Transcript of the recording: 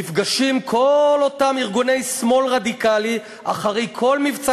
נפגשים כל אותם ארגוני שמאל רדיקלי אחרי כל מבצע